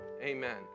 Amen